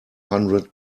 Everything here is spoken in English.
hundred